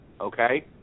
okay